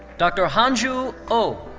dr. hanju oh.